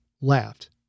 laughed